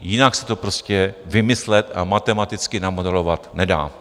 Jinak se to prostě vymyslet a matematicky namodelovat nedá.